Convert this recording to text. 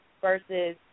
versus